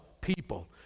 people